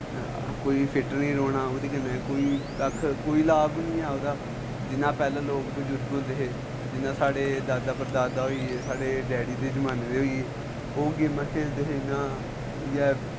कोई फिट निं रौह्ना उ'दे कन्नै कोई कक्ख कोई लाभ निं ऐ उ'दा जि'यां पैह्लै लोक बजुर्ग होंदे हे जि'यां साढ़े दादा परदादा होई गे जि'यां साढ़े डैडी दे जमाने दे होई गे ओह् गेमां खेलदे हे जि'यां इ'यै